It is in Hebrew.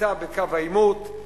נמצא בקו העימות.